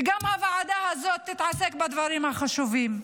ושגם הוועדה הזאת תתעסק בדברים החשובים.